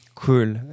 Cool